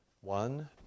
One